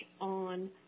on